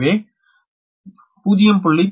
எனவே 0